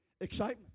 excitement